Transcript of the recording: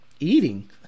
Eating